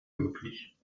möglich